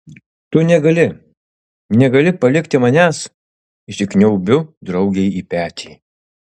tu negali negali palikti manęs įsikniaubiu draugei į petį